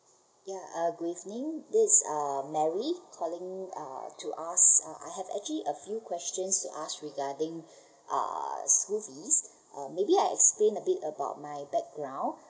ya uh good evening this is uh mary calling uh to ask uh I have actually a few questions to ask regarding uh school fees um maybe I explain a bit about my background